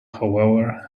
however